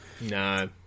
no